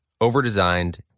overdesigned